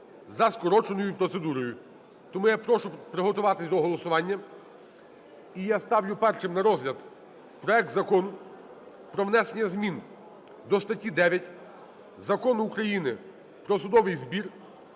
за скороченою процедурою. Тому я прошу приготуватись до голосування. І я ставлю першим на розгляд проект Закону про внесення змін до статті 9 Закону України "Про судовий збір"